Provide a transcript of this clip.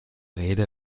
rede